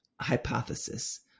hypothesis